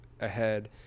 ahead